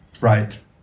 Right